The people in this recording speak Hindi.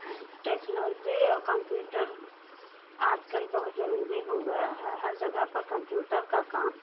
हैं टेक्नॉलजी और कंप्यूटर आज कल बहुत ज़रूरी हो गया है हर जगह पर कंप्यूटर का काम